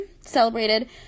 celebrated